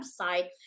website